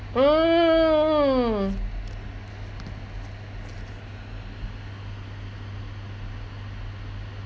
mm mm